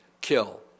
kill